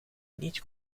niet